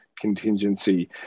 contingency